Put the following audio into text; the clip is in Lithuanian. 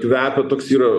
kvepia toks yra